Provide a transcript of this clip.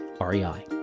REI